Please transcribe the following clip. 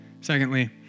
Secondly